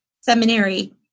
seminary